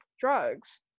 drugs